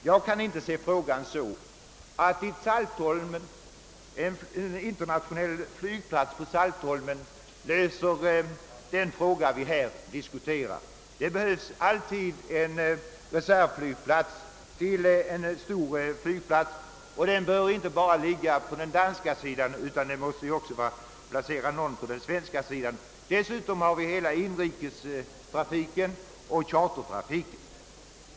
Jag kan inte se saken så, att en internationell flygplats på Saltholm löser det problem vi här diskuterar. Det behövs alltid en reservflygplats till en storflygplats och en sådan behövs inte enbart på den danska sidan utan också på den svenska. Dessutom måste vi räkna med inrikestrafiken och chartertrafiken.